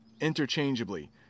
interchangeably